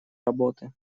работы